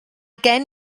gen